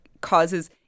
causes